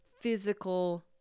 physical